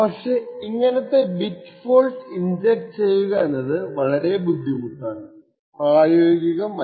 പക്ഷെ ഇങ്ങനത്തെ bit fault inject ചെയ്യുക എന്നത് വളരെ ബുദ്ധിമുട്ടാണ് പ്രായോഗികമല്ല